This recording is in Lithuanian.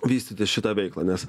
vystyti šitą veiklą nes